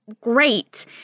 great